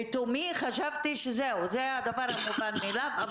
לתומי חשבתי שזה הדבר מובן מאליו,